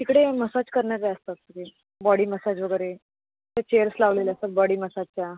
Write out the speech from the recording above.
तिकडे मसाज करणारे असतात मजे बॉडी मसाज वगैरे ते चेअर्स लावलेले असतात बॉडी मसाजच्या